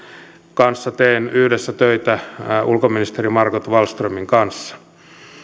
parissa teen töitä yhdessä ulkoministeri margot wallströmin kanssa